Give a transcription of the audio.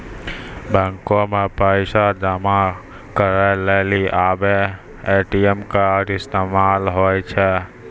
बैको मे पैसा जमा करै लेली आबे ए.टी.एम कार्ड इस्तेमाल होय छै